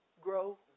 grow